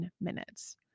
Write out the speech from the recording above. minutes